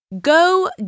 Go